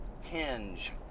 hinge